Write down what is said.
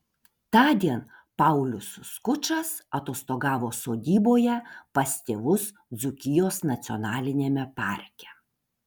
tądien paulius skučas atostogavo sodyboje pas tėvus dzūkijos nacionaliniame parke